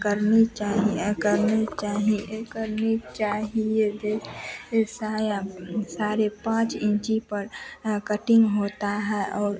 करनी चाहिए करनी चाहिए करनी चाहिए दे ये साया साढ़े पाँच इन्ची पर कटिन्ग होती है और